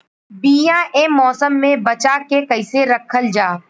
बीया ए मौसम में बचा के कइसे रखल जा?